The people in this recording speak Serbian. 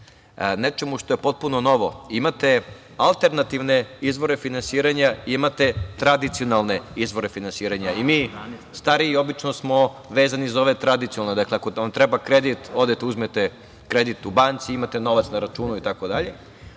nečemu što je potpuno novo. Imate alternativne izvore finansiranja, imate tradicionalne izvore finansiranja. Mi stariji obično smo vezani za ove tradicionalne. Dakle, ako vam treba kredit, odete, uzmete kredit u banci, imate novac na računu itd.